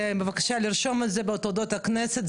בבקשה לרשום את זה בתולדות הכנסת,